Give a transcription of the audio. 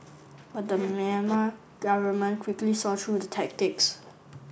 but the Myanmar government quickly saw through the tactics